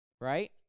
right